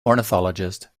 ornithologist